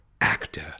actor